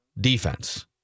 defense—